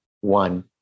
one